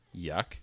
yuck